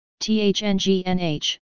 THNGNH